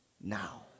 now